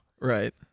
Right